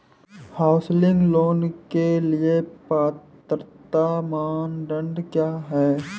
Housing loan के लिए पात्रता मानदंड क्या हैं?